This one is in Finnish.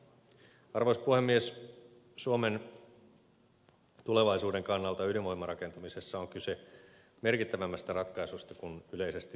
suomen tulevaisuuden kannalta ydinvoimarakentamisessa on kyse merkittävämmästä ratkaisusta kuin yleisesti on ymmärretty